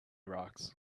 rocks